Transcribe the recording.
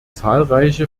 zahlreiche